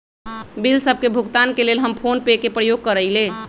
bill सभ के भुगतान के लेल हम फोनपे के प्रयोग करइले